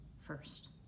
first